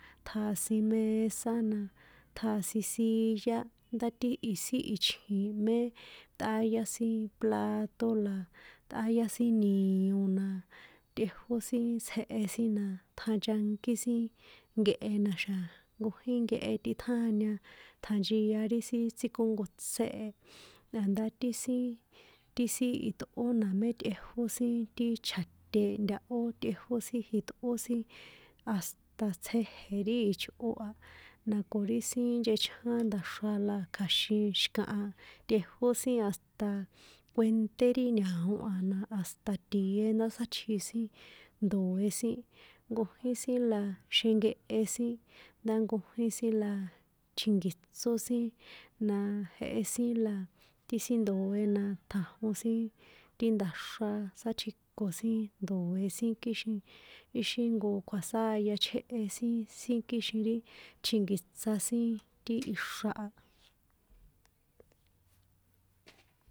Tjasin mesa na, ṭjasin silla, ndá ti isi sin ichjin mé ṭꞌáyá sin plato la, ṭꞌáyá sin nio na, tꞌejo sin tsjehe sin na, ṭjanchankí sin nkehe na̱xa̱ nkójín nkehe tꞌiṭjáña ṭjanchia ri sin tsíkónkotsé a, a̱ndá ti sin, ti sin, itꞌó na mé tꞌejó sin ti chja̱te ntahó tꞌejó sin jiṭꞌó sin, hasta tsjeje̱ ri ichꞌo a, na ko ri sin nchechján nda̱xra la kja̱xin xi̱kaha tꞌejó sin hasta kuenṭé ri ña̱o a na hasta tië ndá sátji sin ndo̱e sin, nkojín la xenkehe sin, ndá nkojín sin laaa, tjinki̱tsó sin naaa, jehe sin la, ti sin ndo̱e na ṭjanjon sin nda̱xra sátjiko sin ndo̱e sin kixin, íxi jnko kjuasáya chjéhe sin kixin ri tjinki̱tsa sin ti ixra̱ a.